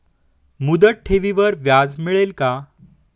मुदत ठेवीवर व्याज मिळेल का?